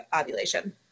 ovulation